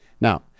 Now